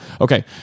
Okay